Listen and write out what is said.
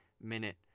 minute